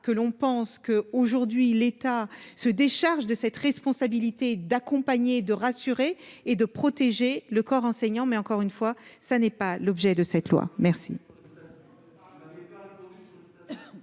que l'on pense que, aujourd'hui, l'État se décharge de cette responsabilité d'accompagner, de rassurer et de protéger le corps enseignant, mais encore une fois, ça n'est pas l'objet de cette loi, merci.